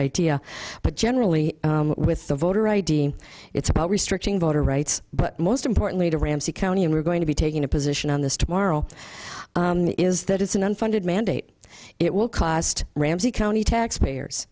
idea but generally with the voter id it's about restricting voter rights but most importantly to ramsey county and we're going to be taking a position on this tomorrow is that it's an unfunded mandate it will cost ramsey county taxpayers